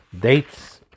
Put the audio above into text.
Dates